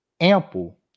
ample